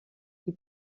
qui